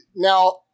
Now